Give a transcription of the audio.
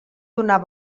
donar